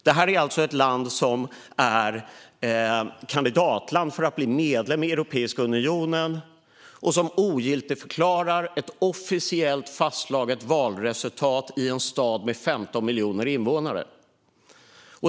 Det är alltså ett land som kandiderar till att bli medlem i Europeiska unionen och som ogiltigförklarar ett officiellt fastslaget valresultat i en stad med 15 miljoner invånare.